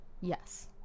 Yes